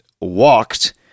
walked